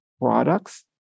products